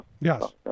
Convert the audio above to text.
Yes